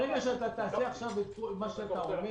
ברגע שאתה תעשה עכשיו את מה שאתה אומר